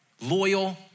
loyal